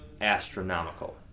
astronomical